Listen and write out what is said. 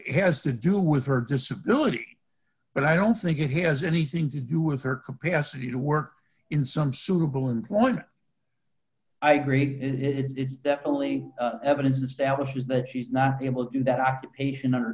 has to do with her disability but i don't think it has anything to do with her capacity to work in some suitable employment i agree that it's definitely evidence establishes that she's not able to do that occupation